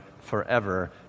forever